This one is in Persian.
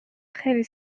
خیلی